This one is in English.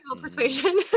Persuasion